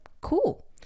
cool